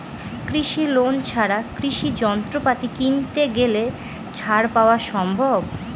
কৃষি লোন ছাড়া কৃষি যন্ত্রপাতি কিনতে গেলে ছাড় পাওয়া সম্ভব?